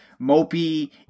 mopey